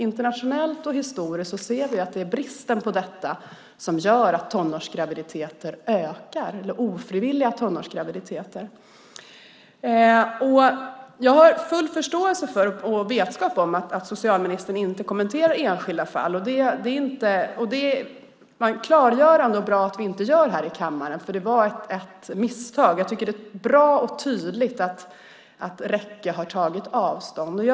Internationellt och historiskt ser vi att det är bristen på detta som gör att ofrivilliga tonårsgraviditeter ökar. Jag har full förståelse för och vetskap om att socialministern inte kommenterar enskilda fall. Det är klargörande och bra att vi inte gör det här i kammaren. Detta var ett misstag, och jag tycker att det är bra och tydligt att Rekke har tagit avstånd från det.